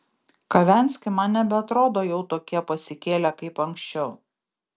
kavenski man nebeatrodo jau tokie pasikėlę kaip anksčiau